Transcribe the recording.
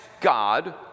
God